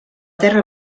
terra